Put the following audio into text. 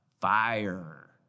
fire